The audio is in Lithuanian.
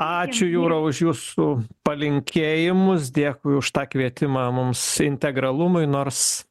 ačiū jūra už jūsų palinkėjimus dėkui už tą kvietimą mums integralumui nors